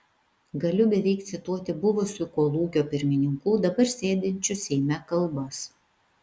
galiu beveik cituoti buvusių kolūkio pirmininkų dabar sėdinčių seime kalbas